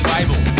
Bible